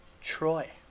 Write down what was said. Troy